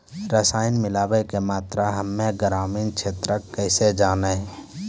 रसायन मिलाबै के मात्रा हम्मे ग्रामीण क्षेत्रक कैसे जानै?